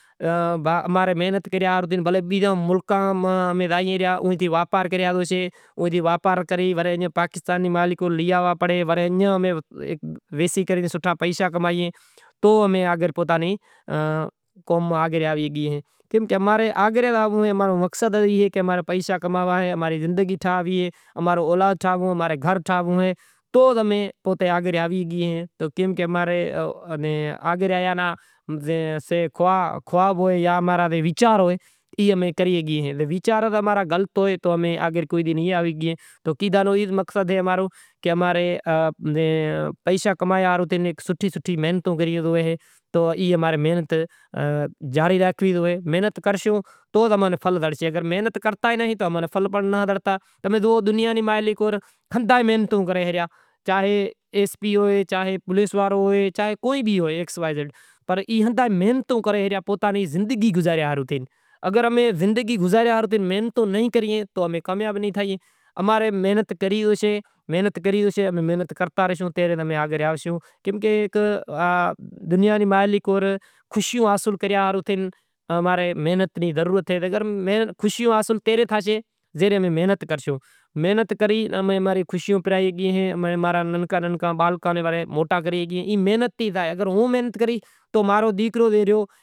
اماں نے آگر زانڑو اے تو کیم کے امارے آگر آیے ناں کو خواب ہوئیں جاں کو ویچا ر ہیئں تو کیدے نو مقصد ای اے کہ اماری محنت جاری راکھنڑی جازئے۔ محنت کری امیں اماری خوشیوں پرائی شگاں۔ تو بدہے ہر گراہک نیں چیں نمونے مطعمن کرووں تو چیم نمونے مطعمن نہیں کروو تو اینے کرے مطعمن بھی کرووں اہے تو ایوا ایوا خر مغز بھی آووے ہیں تو ایوا بھی آوے ہیں تو بدہاں نوں مطعمن کرروں تو ہے، کو کہے گاڈی صحیح نہیں ٹھائی تو کوئی پنچر صحیح نہیں ٹھائیو، ہاز کڈھرائی گیو تو ہوارے کہیسے کہ گاڈی اسٹارٹ نہیں تھئی تو پنچر صحیح نہیں تھیا ورے کیم ٹھائے ڈنی تو اینی حساب بھی مطعمن کروو پڑے تو ڈینہں میں ایوا ایوا آوی تو کہیسیں شوں چیم ٹھائی اہے تو اینے کرے مطعمن کروو اہے ٹوننگ صحیح نہیں ٹھائی پنچر صحیح نہیں ٹھائیو تو اینو کرے مہینا بئے مہینے ماں آئل ٹیوننگ تھئے۔